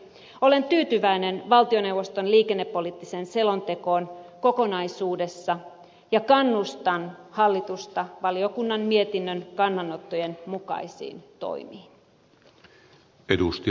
olen tyytyväinen valtioneuvoston liikennepoliittiseen selontekoon kokonaisuudessaan ja kannustan hallitusta valiokunnan mietinnön kannanottojen mukaisiin toimiin